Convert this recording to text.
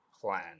plan